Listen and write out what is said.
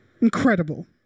incredible